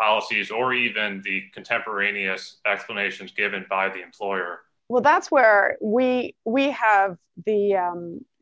policies or even be contemporaneous explanations given by the employer well that's where our way we have the